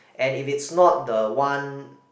and if it's not the one